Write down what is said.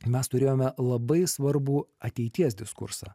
mes turėjome labai svarbų ateities diskursą